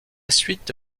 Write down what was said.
suite